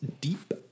deep